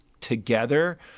together